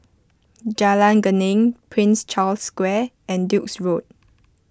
Jalan Geneng Prince Charles Square and Duke's Road